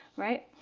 right?